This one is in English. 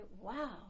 wow